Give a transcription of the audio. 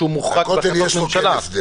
שהוא מוחרג --- על הכותל יש הסדר.